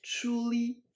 truly